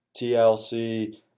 TLC